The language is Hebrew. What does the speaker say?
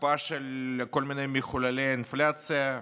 הקפאה של כל מיני מחוללי אינפלציה.